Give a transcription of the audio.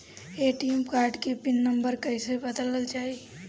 ATM card के PIN number कईसे बदलल जाई?